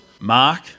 Mark